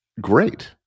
great